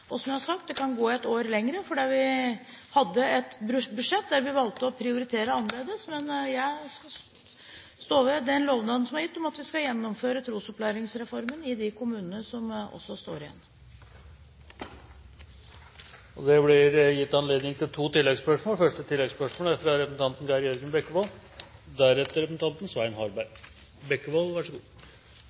Som jeg har sagt, kan det ta ett år til fordi vi hadde et budsjett der vi valgte å prioritere annerledes, men jeg står ved den lovnaden som er gitt om at vi skal gjennomføre trosopplæringsreformen i de kommunene som også står igjen. Det blir gitt anledning til to oppfølgingsspørsmål – først Geir Jørgen Bekkevold.